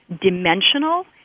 dimensional